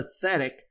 pathetic